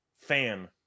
fan